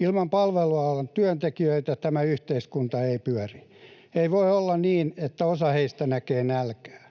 Ilman palvelualan työntekijöitä tämä yhteiskunta ei pyöri. Ei voi olla niin, että osa heistä näkee nälkää.